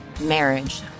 marriage